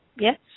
Yes